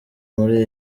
muri